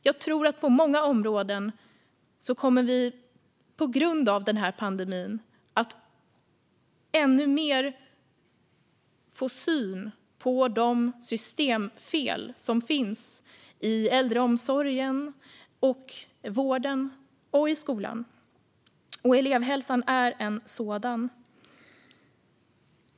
Jag tror att vi på många områden, på grund av pandemin, i ännu högre grad kommer att få syn på de systemfel som finns i äldreomsorgen, vården och skolan. Elevhälsan är ett sådant.